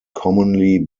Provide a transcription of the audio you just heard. commonly